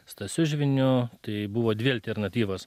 stasiu žviniu tai buvo dvi alternatyvos